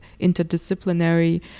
interdisciplinary